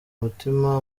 umutima